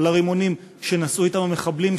על הרימונים שנשאו אתם המחבלים,